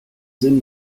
sinn